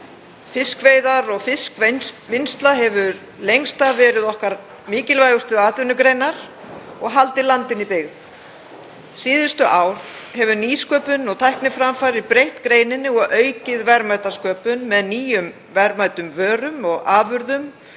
fiskveiðar og fiskvinnsla hafa lengst af verið okkar mikilvægustu atvinnugreinar og haldið landinu í byggð. Síðustu ár hafa nýsköpun og tækniframfarir breytt greininni og aukið verðmætasköpun með nýjum verðmætum, vörum og afurðum